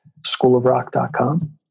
schoolofrock.com